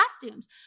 costumes